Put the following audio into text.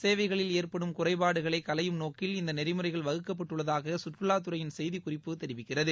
சேவைகளில் எற்படும் குறைபாடுகளை களையும் நோக்கில் இந்த நெறிமுறைகள் வகுக்கப்பட்டுள்ளதாக சுற்றுலாத்துறையின் செய்திக்குறிப்பு தெரிவிக்கிறது